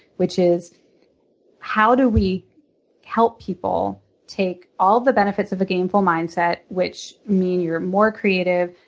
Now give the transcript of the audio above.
which is how do we help people take all of the benefits of a gameful mindset which mean you're more creative,